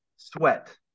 Sweat